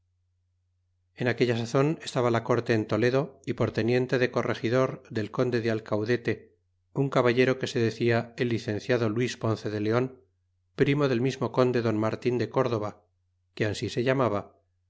en aquella sazon estaba la corte en toledo y por teniente de corregidor del conde de aleaudete un caballero que se decia el licenciado luis ponce de leon primo del mismo conde don nlartin de córdova que ansi se llamaba